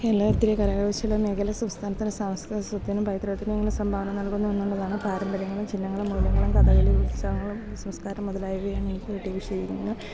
കേരളത്തിലെ കരകൗശല മേഖല സംസ്ഥാനത്തിനും പൈതൃകത്തിനും എങ്ങനെ സംഭാവന നൽകുന്നു എന്നുള്ളതാണ് പാരമ്പര്യങ്ങളും ചിഹ്നങ്ങളും മൂല്യങ്ങളും കഥകളി ഉത്സവങ്ങളും സംസ്കാരം മുതലായവയാണ് എനിക്ക് കിട്ടിയ വിഷയങ്ങൾ